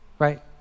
right